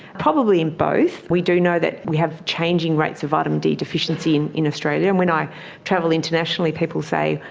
probably in both. we do know that we have changing rates of vitamin d deficiency in in australia, and when i travel internationally people say,